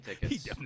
tickets